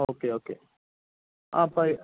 okay okay ആ